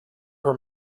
her